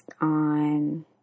on